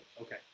Okay